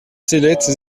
cellettes